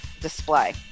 display